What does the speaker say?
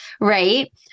right